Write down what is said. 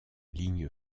ligne